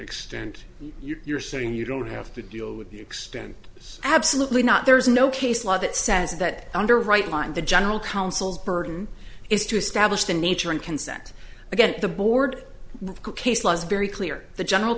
extent you're saying you don't have to deal with the extent absolutely not there is no case law that says that under right mind the general counsel's burden is to establish the nature and consent again the board case law is very clear the general